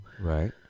Right